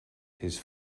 his